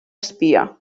espia